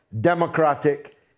democratic